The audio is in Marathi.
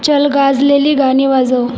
चल गाजलेली गाणी वाजव